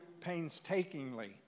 painstakingly